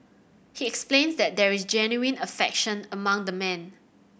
he explains that there is genuine affection among the men